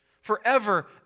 forever